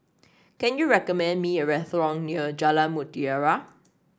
can you recommend me a restaurant near Jalan Mutiara